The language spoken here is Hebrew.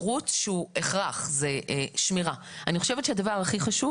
שמירה זה שירות שהוא הכרח.